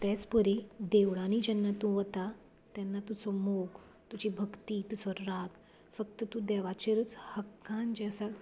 तेच परी देवळांनी जेन्ना तूं वता तेन्ना तुजो मोग तुजी भक्ती तुजो राग फक्त तूं देवाचेरूच हक्कान जे आसा